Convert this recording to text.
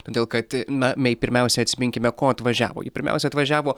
todėl kad na mei pirmiausia atsiminkime ko atvažiavo ji pirmiausia atvažiavo